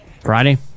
Friday